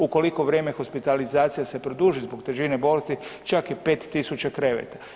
Ukoliko vrijeme hospitalizacije se produži zbog težine bolesti čak i 5000 kreveta.